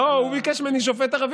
הוא ביקש ממני שופט ערבי.